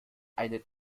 eine